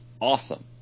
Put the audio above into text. awesome